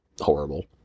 horrible